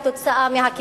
בגלל הכיבוש,